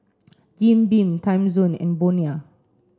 Jim Beam Timezone and Bonia